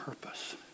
Purpose